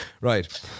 Right